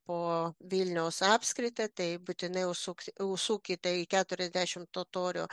po vilniaus apskritį tai būtinai užsuksi užsukite į keturiasdešimt totorių